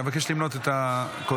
אבקש למנות את הקולות.